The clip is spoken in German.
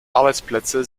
arbeitsplätze